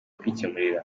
kwikemurira